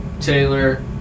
Taylor